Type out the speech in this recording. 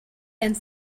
and